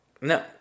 no